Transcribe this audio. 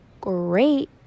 great